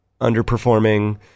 underperforming